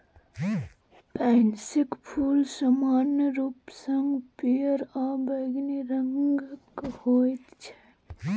पैंसीक फूल समान्य रूपसँ पियर आ बैंगनी रंगक होइत छै